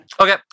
Okay